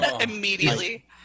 immediately